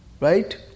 Right